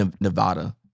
Nevada